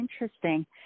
Interesting